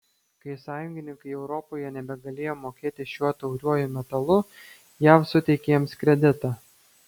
kai sąjungininkai europoje nebegalėjo mokėti šiuo tauriuoju metalu jav suteikė jiems kreditą